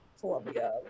Colombia